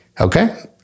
Okay